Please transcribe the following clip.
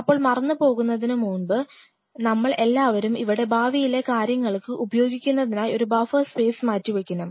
അപ്പോൾ മറന്നു പോകുന്നതിനു മുൻപ് നമ്മൾ എല്ലാവരും ഇവിടെ ഭാവിയിലെ കാര്യങ്ങൾക്ക് ഉപയോഗിക്കുന്നതിനായി ഒരു ബഫർ സ്പേസ് മാറ്റിവയ്ക്കണം